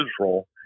Israel